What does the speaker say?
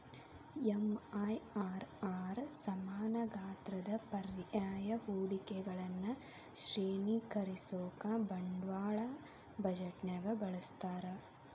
MIRR ಸಮಾನ ಗಾತ್ರದ ಪರ್ಯಾಯ ಹೂಡಿಕೆಗಳನ್ನ ಶ್ರೇಣೇಕರಿಸೋಕಾ ಬಂಡವಾಳ ಬಜೆಟ್ನ್ಯಾಗ ಬಳಸ್ತಾರ